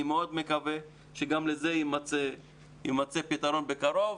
אני מאוד מקווה שגם לזה ימצא בקרוב פתרון.